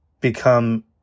become